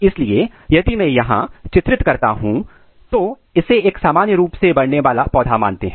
इसलिए यदि में यहां चित्रित करता हूं तो तो इसे एक सामान्य रूप से बढ़ने वाला पौधा मानते है